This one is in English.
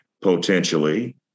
potentially